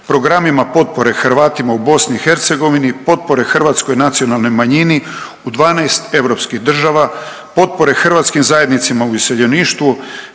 programima potpore Hrvatima u BiH, potpore hrvatskoj nacionalnoj manjini u 12 europskih država, potpore hrvatskim zajednicama u iseljeništvu,